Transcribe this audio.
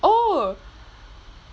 oh